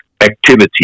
activity